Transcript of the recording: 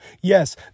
Yes